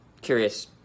curious